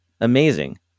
amazing